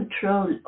control